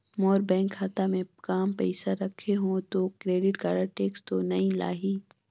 मोर bank खाता मे काम पइसा रखे हो तो क्रेडिट कारड टेक्स तो नइ लाही???